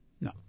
No